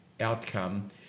outcome